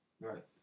Right